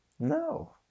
No